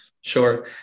Sure